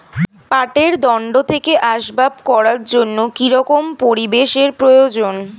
পাটের দণ্ড থেকে আসবাব করার জন্য কি রকম পরিবেশ এর প্রয়োজন?